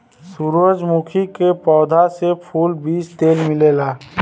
सूरजमुखी के पौधा से फूल, बीज तेल मिलेला